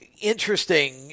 interesting